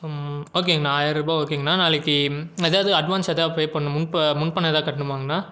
ஓகேங்க அண்ணா ஆயர்ரூபா ஓகேங்க அண்ணா நாளைக்கு எதாவது அட்வான்ஸு எதா பே பண்ணும் முன் முன்பணம் எதாவது கட்ணுமாங்க அண்ணா